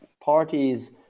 parties